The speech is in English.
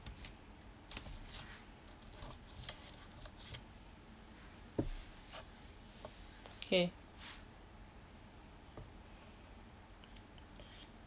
okay